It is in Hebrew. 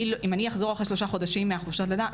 אם אני אחזור אחרי שלושה חודשים מחופשת לידה,